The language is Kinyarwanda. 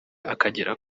akagera